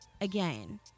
again